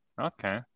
okay